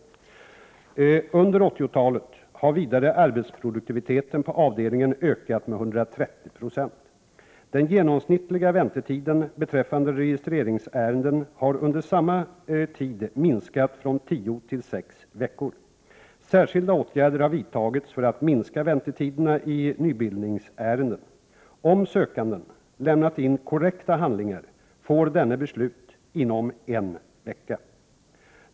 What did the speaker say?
Under 1980-talet har vidare arbetsproduktiviteten på avdelningen ökat med 130 20. Den genomsnittliga väntetiden beträffande registreringsärenden har under samma tid minskat från tio till sex veckor. Särskilda åtgärder har vidtagits för att minska väntetiderna i nybildningsärenden. Om sökanden lämnat in korrekta handlingar, får han beslutet inom en vecka.